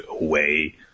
away